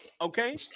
Okay